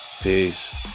Peace